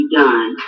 done